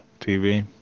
TV